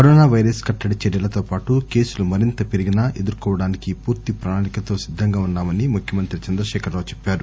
corona virus కట్టడి చర్యలతో పాటు కేసులు మరింత పెరిగినా ఎదుర్కోవడానికి పూర్తి ప్రణాళికతో సిద్ధంగా ఉన్నా మని ముఖ్యమంత్రి చంద్రశేఖర రావు చెప్పారు